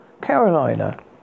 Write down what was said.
Carolina